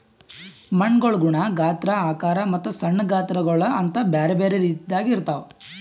ಮಣ್ಣುಗೊಳ್ ಗುಣ, ಗಾತ್ರ, ಆಕಾರ ಮತ್ತ ಸಣ್ಣ ಗಾತ್ರಗೊಳ್ ಅಂತ್ ಬ್ಯಾರೆ ಬ್ಯಾರೆ ರೀತಿದಾಗ್ ಇರ್ತಾವ್